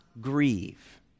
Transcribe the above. grieve